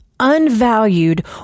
Unvalued